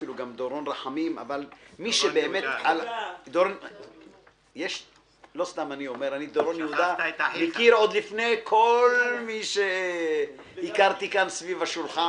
גם יהודה דורון אותו אני מכיר עוד לפני כל מי שהכרתי כאן סביב השולחן.